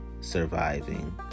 surviving